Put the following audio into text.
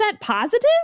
positive